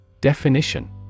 Definition